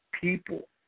people